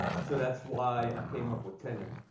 so that's why i came up with tenon.